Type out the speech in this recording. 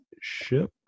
ship